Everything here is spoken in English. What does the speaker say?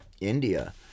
India